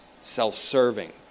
self-serving